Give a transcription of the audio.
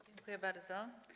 Dziękuję bardzo.